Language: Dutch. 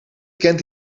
kent